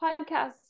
podcast